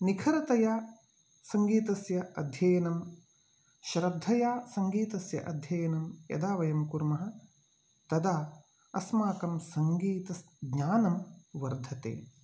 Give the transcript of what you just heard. निखरतया सङ्गीतस्य अध्ययनं श्रद्धया सङ्गीतस्य अध्यनं यदा वयं कुर्मः तदा अस्माकं सङ्गीतस् ज्ञानं वर्धते